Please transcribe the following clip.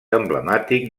emblemàtic